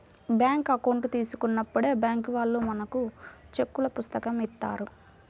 bank account తీసుకున్నప్పుడే bank వాళ్ళు మనకు చెక్కుల పుస్తకం ఇత్తారు